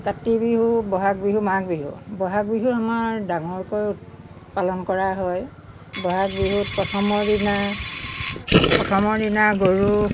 কাতি বিহু বহাগ বিহু মাঘ বিহু বহাগ বিহু আমাৰ ডাঙৰকৈ উৎ পালন কৰা হয় বহাগ বিহুত প্ৰথমৰ দিনা প্ৰথমৰ দিনা গৰু